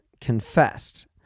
confessed